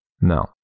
No